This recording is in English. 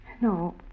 No